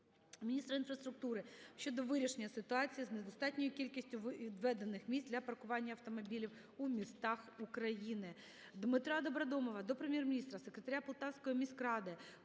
міністра інфраструктури щодо вирішення ситуації з недостатньою кількістю відведених місць для паркування автомобілів у містах України. ДмитраДобродомова до Прем'єр-міністра, секретаря Полтавської міськради,